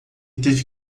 teve